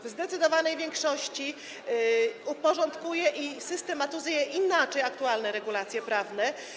W zdecydowanej większości porządkuje i systematyzuje inaczej aktualne regulacje prawne.